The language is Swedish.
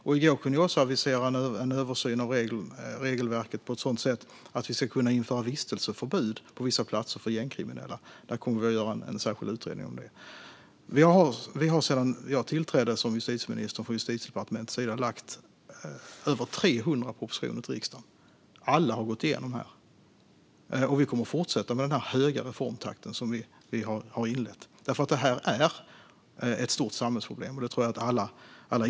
I går kunde vi också avisera en översyn av regelverket på ett sådant sätt att vi ska kunna införa vistelseförbud på vissa platser för gängkriminella. Vi kommer att göra en särskild utredning om det. Sedan jag tillträdde som justitieminister har vi från Justitiedepartementets sida lagt fram över 300 propositioner för riksdagen. Alla har gått igenom här. Vi kommer att fortsätta i den höga reformtakt som vi inlett, för det här är ett stort samhällsproblem. Det tror jag att alla inser.